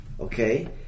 okay